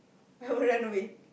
I would run away